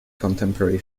contemporary